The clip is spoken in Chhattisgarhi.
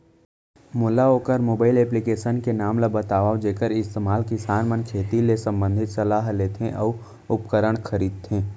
मोला वोकर मोबाईल एप्लीकेशन के नाम ल बतावव जेखर इस्तेमाल किसान मन खेती ले संबंधित सलाह लेथे अऊ उपकरण खरीदथे?